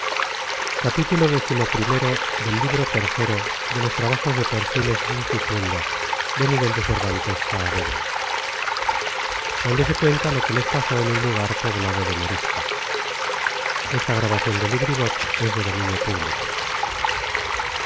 donde se cuenta lo que les pasó en un lugar poblado de moriscos